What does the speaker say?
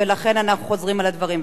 ולכן אנחנו חוזרים על הדברים.